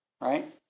right